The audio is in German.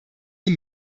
den